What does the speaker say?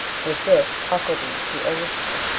with this, huckelby, the overseer,